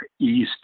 East